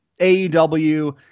AEW